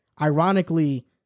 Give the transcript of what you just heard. ironically